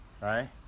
Right